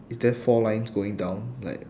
is there four lines going down like